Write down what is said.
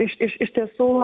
iš iš iš tiesų